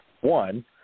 One